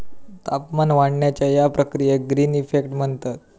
तापमान वाढण्याच्या या प्रक्रियेक ग्रीन इफेक्ट म्हणतत